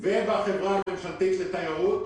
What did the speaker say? ובחברה הממשלתית לתיירות,